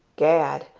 gad!